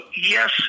yes